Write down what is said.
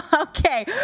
Okay